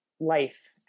life